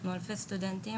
אנחנו אלפי סטודנטים,